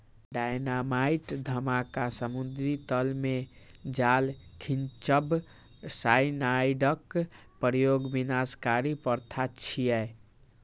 dynamite धमाका, समुद्री तल मे जाल खींचब, साइनाइडक प्रयोग विनाशकारी प्रथा छियै